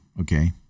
Okay